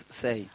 say